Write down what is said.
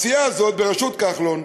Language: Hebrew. הסיעה הזאת בראשות כחלון,